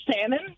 salmon